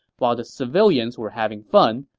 while the civilians were having fun,